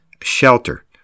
shelter